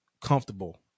comfortable